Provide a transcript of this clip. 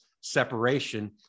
separation